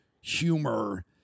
humor